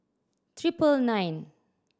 triple nine